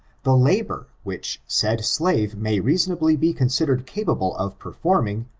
the labor which said slave may reasonably be considered capable of performing,